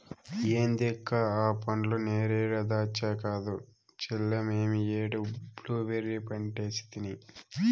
ఏంది అక్క ఆ పండ్లు నేరేడా దాచ్చా కాదు చెల్లే మేమీ ఏడు బ్లూబెర్రీ పంటేసితిని